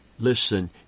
Listen